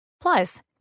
Plus